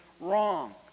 wrong